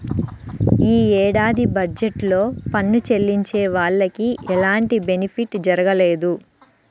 యీ ఏడాది బడ్జెట్ లో పన్ను చెల్లించే వాళ్లకి ఎలాంటి బెనిఫిట్ జరగలేదు